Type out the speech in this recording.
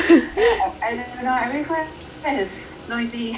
I don't know everywhere is noisy